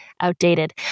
outdated